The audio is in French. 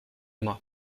moi